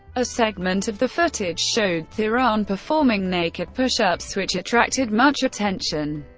a segment of the footage showed theron performing naked push-ups, which attracted much attention.